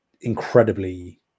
incredibly